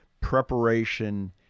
preparation